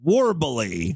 Warbly